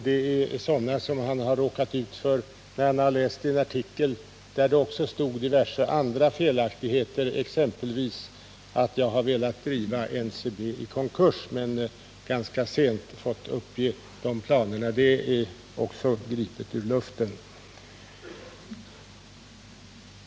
Det är sådana som Gustav Lorentzon råkat ut för när han har läst en artikel, där det också stod diverse andra felaktigheter, exempelvis att jag har velat driva NCB i konkurs men ganska sent fått uppgift om planerna. Det är också gripet ur luften.